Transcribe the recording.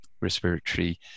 respiratory